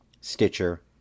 Stitcher